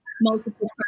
multiple